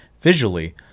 visually